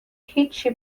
هیچی